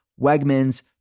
Wegmans